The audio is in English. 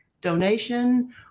donation